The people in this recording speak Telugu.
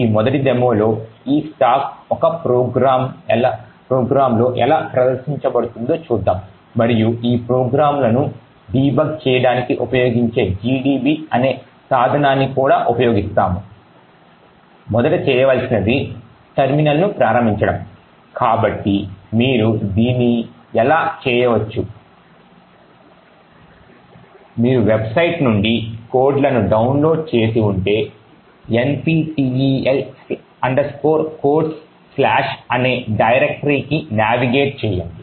ఈ మొదటి డెమోలో ఈ స్టాక్ ఒక ప్రోగ్రామ్లో ఎలా ప్రదర్శించబడుతుందో చూద్దాం మరియు ఈ ప్రోగ్రామ్లను డీబగ్ చేయడానికి ఉపయోగించే gdb అనే సాధనాన్ని కూడా ఉపయోగిస్తాము మొదట చేయవలసినది టెర్మినల్ను ప్రారంభించడం కాబట్టి మీరు దీన్ని ఇలా చేయవచ్చు మీరు వెబ్సైట్ నుండి కోడ్లను డౌన్లోడ్ చేసి ఉంటే NPTEL CODES అనే డైరెక్టరీకి నావిగేట్ చేయండి